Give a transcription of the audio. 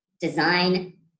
design